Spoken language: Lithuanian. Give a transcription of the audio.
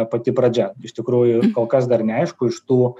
pati pradžia iš tikrųjų kol kas dar neaišku iš tų